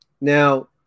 Now